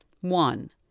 One